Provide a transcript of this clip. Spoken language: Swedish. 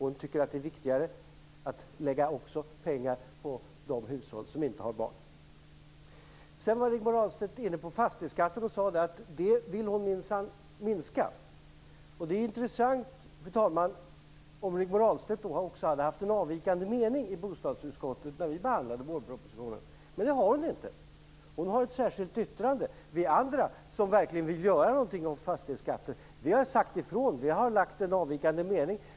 Hon tycker att det är viktigare att lägga pengar också på de hushåll som inte har barn. Sedan var Rigmor Ahlstedt inne på fastighetsskatten. Hon sade att den vill hon minsann minska. Det är då intressant, fru talman, om Rigmor Ahlstedt också hade en avvikande mening i bostadsutskottet när vi behandlade vårpropositionen. Men det hade hon inte. Hon har ett särskilt yttrande. Vi andra, som verkligen vill göra någonting åt fastighetsskatten, har sagt ifrån. Vi har lagt fram en avvikande mening.